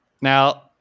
Now